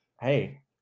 hey